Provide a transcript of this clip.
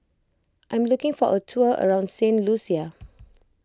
I am looking for a tour around Saint Lucia